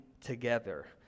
together